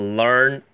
learn